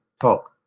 talk